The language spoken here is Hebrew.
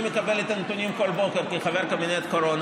אני מקבל את הנתונים כל בוקר כחבר קבינט קורונה.